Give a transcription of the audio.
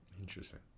interesting